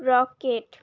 rocket